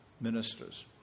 ministers